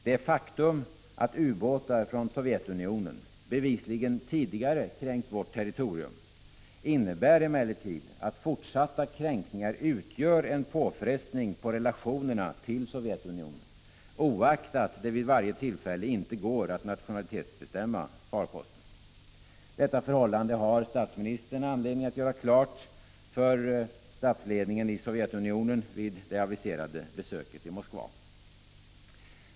Det faktum att ubåtar från Sovjetunionen bevisligen tidigare kränkt vårt territorium innebär emellertid att fortsatta kränkningar utgör en påfrestning på relationerna till Sovjetunionen, oaktat det vid varje tillfälle inte går att nationalitetsbestämma farkosterna. Detta förhållande har statsministern anledning att göra klart för statsledningen i Sovjetunionen vid det aviserade besöket i Moskva.